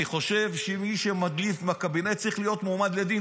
אני חושב שמי שמדליף מהקבינט צריך להיות מועמד לדין,